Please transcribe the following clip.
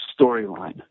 storyline